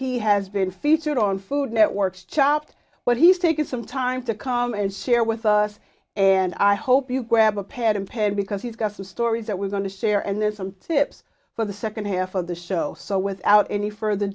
he has been featured on food network's chopped but he's taken some time to come and share with us and i hope you grab a pen and pad because he's got some stories that we're going to share and there's some tips for the second half of the show so without any further